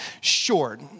short